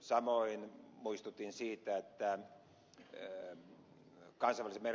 samoin muistutin siitä että yhtiö ei kai saisimme